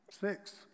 Six